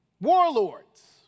warlords